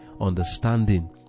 understanding